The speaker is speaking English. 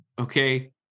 Okay